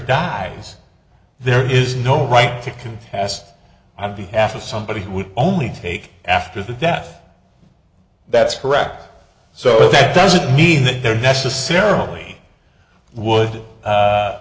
dies there is no right to contest i v half of somebody who would only take after the death that's correct so that doesn't mean that there necessarily would